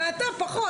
ואתה פחות.